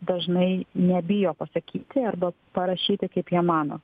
dažnai nebijo pasakyti arba parašyti kaip jie mano